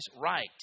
Right